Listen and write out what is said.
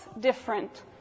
different